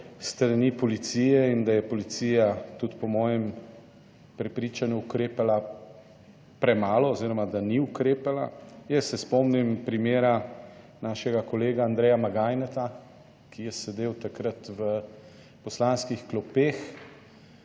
strani policije in da je policija tudi po mojem prepričanju ukrepala premalo oziroma da ni ukrepala, jaz se spomnim primera našega kolega Andreja Magajneta, ki je sedel takrat v poslanskih klopeh,